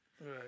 Right